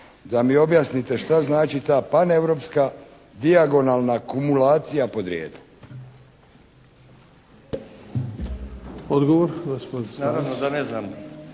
da mi objasnite šta znači ta paneuropska dijagonalna kumulacija porijekla.